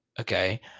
okay